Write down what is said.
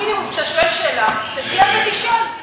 המינימום, כשאתה שואל שאלה, שתגיע ותשאל.